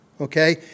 okay